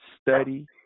study